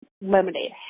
lemonade